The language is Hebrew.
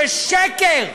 זה שקר.